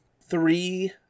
three